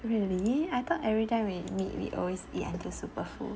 really I thought everytime we meet we always eat until super full